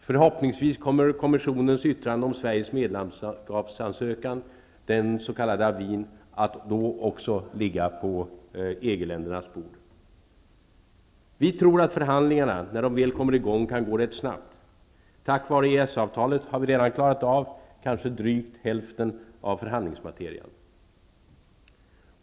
Förhoppningsvis kommer också Kommissionens yttrande om Sveriges medlemskapsansökan, den s.k. avin, att då ligga på Vi tror att förhandlingarna när de väl kommer i gång kan gå rätt snabbt. Tack vare EES-avtalet har vi redan klarat av kanske drygt hälften av förhandlingsmaterian.